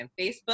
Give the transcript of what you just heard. Facebook